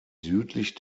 südlich